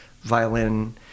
violin